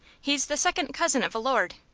he's the second cousin of a lord,